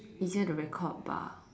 easier to record bah